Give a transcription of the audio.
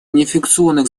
неинфекционных